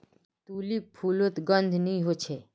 tulip फुलोत गंध नि होछे